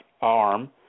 arm